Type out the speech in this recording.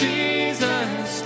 Jesus